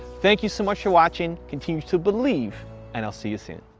thank you so much for watching, continue to believe and i'll see you soon.